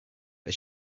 but